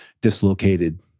dislocated